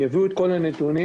יביאו את כל הנתונים,